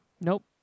Nope